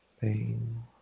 pain